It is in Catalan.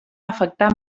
afectar